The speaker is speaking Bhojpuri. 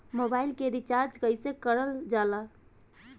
मोबाइल में रिचार्ज कइसे करल जाला?